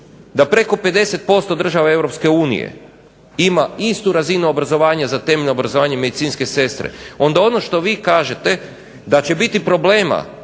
da preko 50% država Europske unije ima istu razinu obrazovanja za temeljno obrazovanje medicinske sestre, onda ono što vi kažete da će biti problema,